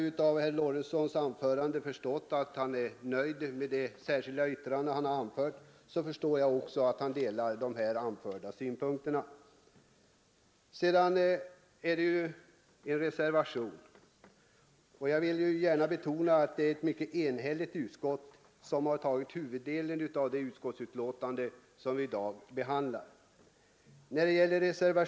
Herr Lorentzon har kunnat nöja sig med att foga ett särskilt yttrande till betänkandet, och jag förstår därför att han också delar de av mig nu anförda synpunkterna. Till betänkandet har också fogats en reservation. Jag vill gärna betona att det är ett mycket enigt utskott som står bakom huvuddelen av det betänkande som vi nu behandlar.